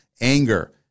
anger